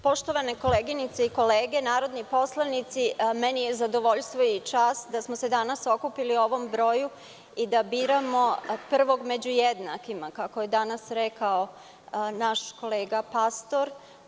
Poštovane koleginice i kolege narodni poslanici, zadovoljstvo mi je i čast da smo se danas okupili u ovom broju i da biramo prvog među jednakima kako je rekao danas naš kolega Pastor.